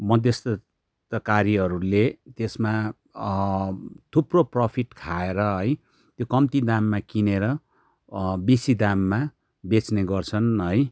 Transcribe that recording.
मध्यस्थताकारीहरूले त्यसमा थुप्रो प्रफिट खाएर है त्यो कम्ती दाममा किनेर बेसी दाममा बेच्ने गर्छन् है